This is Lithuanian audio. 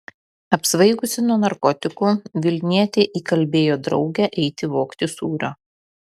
apsvaigusi nuo narkotikų vilnietė įkalbėjo draugę eiti vogti sūrio